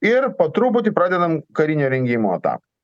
ir po truputį pradedam karinio rengimo etapą